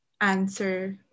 answer